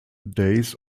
days